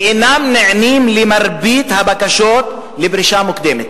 ואינם נענים למרבית הבקשות לפרישה מוקדמת.